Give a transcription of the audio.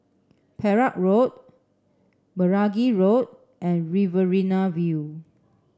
Perak Road Meragi Road and Riverina View